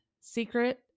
secret